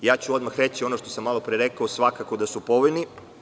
Odmah ću reći ono što sam malopre rekao, svakako da su povoljni.